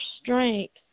strength